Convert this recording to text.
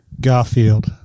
Garfield